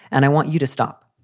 and i want you to stop.